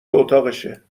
اتاقشه